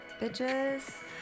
bitches